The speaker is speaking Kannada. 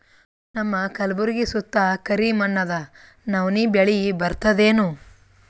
ನಮ್ಮ ಕಲ್ಬುರ್ಗಿ ಸುತ್ತ ಕರಿ ಮಣ್ಣದ ನವಣಿ ಬೇಳಿ ಬರ್ತದೇನು?